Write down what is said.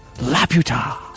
Laputa